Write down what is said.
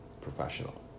professional